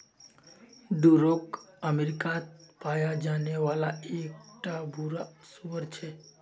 Duroc अमेरिकात पाया जाने वाला एक टा भूरा सूअर छे